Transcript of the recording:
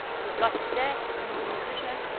you've lost a day. no immunization.